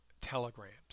telegrams